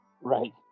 Right